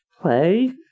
play